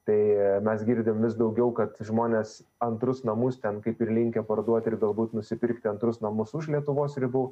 tai mes girdim vis daugiau kad žmonės antrus namus ten kaip ir linkę parduoti ir galbūt nusipirkti antrus namus už lietuvos ribų